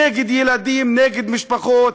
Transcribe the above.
נגד ילדים, נגד משפחות.